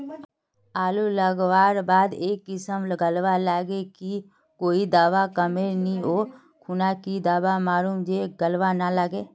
आलू लगवार बात ए किसम गलवा लागे की कोई दावा कमेर नि ओ खुना की दावा मारूम जे गलवा ना लागे?